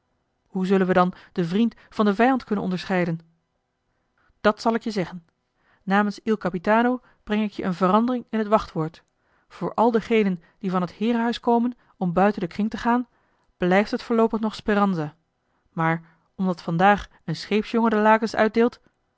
hoe zullen we dan den vriend van den vijand kunnen onderscheiden dat zal ik je zeggen namens il capitano breng ik je een verandering in het wachtwoord voor al degenen die van het heerenhuis komen om buiten den kring te gaan blijft het voorloopig nog speranza maar omdat vandaag een scheepsjongen de lakens uitdeelt